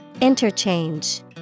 Interchange